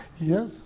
Yes